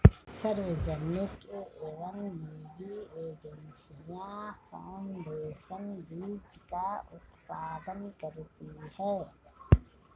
सार्वजनिक एवं निजी एजेंसियां फाउंडेशन बीज का उत्पादन करती है